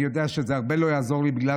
אני יודע שלא יעזור לי הרבה בגלל